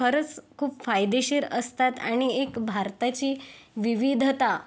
खरंच खूप फायदेशीर असतात आणि एक भारताची विविधता